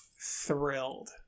thrilled